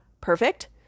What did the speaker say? perfect